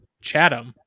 Chatham